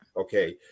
Okay